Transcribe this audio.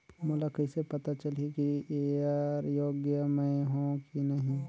मोला कइसे पता चलही की येकर योग्य मैं हों की नहीं?